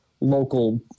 local